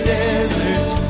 desert